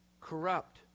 corrupt